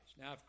Now